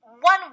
one